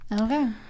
okay